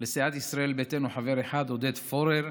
לסיעת ישראל ביתנו חבר אחד, עודד פורר,